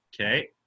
Okay